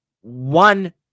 one